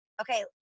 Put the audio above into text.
okay